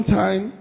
time